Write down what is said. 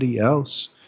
else